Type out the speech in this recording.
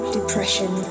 depression